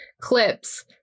clips